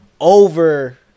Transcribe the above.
over